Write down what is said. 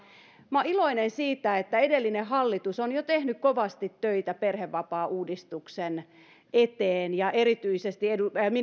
minä olen iloinen siitä että edellinen hallitus on jo tehnyt kovasti töitä perhevapaauudistuksen eteen ja erityisesti